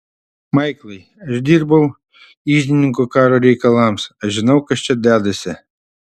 maiklai aš dirbau iždininku karo reikalams aš žinau kas čia dedasi